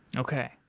okay.